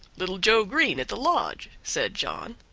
little joe green at the lodge, said john.